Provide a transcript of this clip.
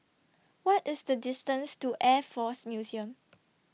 What IS The distance to Air Force Museum